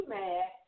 mad